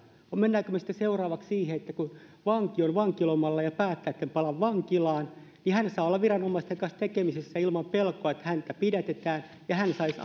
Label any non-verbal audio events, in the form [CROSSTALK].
menemmekö me sitten seuraavaksi siihen että kun vanki on vankilomalla ja päättää että en palaa vankilaan niin hän saa olla viranomaisten kanssa tekemisissä ilman pelkoa että hänet pidätetään hän saisi [UNINTELLIGIBLE]